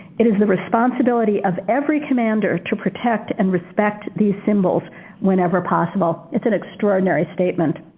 it is the responsibility of every commander to protect and respect these symbols whenever possible. it's an extraordinary statement.